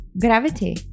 gravity